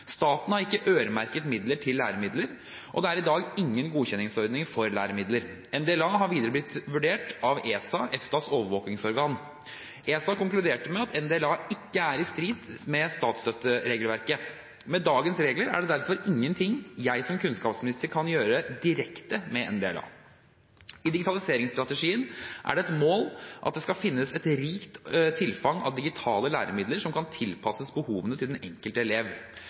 Staten har ikke øremerket midler til læremidler, og det er i dag ingen godkjenningsordning for læremidler. NDLA har videre blitt vurdert av ESA, EFTAs overvåkingsorgan. ESA konkluderte med at NDLA ikke er i strid med statsstøtteregelverket. Med dagens regler er det derfor ingenting jeg som kunnskapsminister kan gjøre direkte med NDLA. I digitaliseringsstrategien er det et mål at det skal finnes et rikt tilfang av digitale læremidler som kan tilpasses behovene til den enkelte elev.